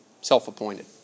self-appointed